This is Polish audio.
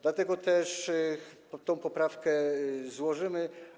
Dlatego też tę poprawkę złożymy.